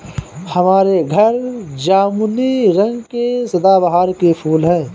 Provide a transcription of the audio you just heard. हमारे घर जामुनी रंग के सदाबहार के फूल हैं